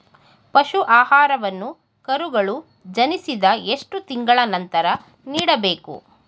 ಪಶು ಆಹಾರವನ್ನು ಕರುಗಳು ಜನಿಸಿದ ಎಷ್ಟು ತಿಂಗಳ ನಂತರ ನೀಡಬೇಕು?